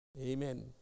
amen